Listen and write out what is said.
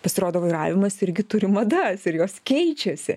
pasirodo vairavimas irgi turi madas ir jos keičiasi